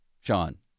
Sean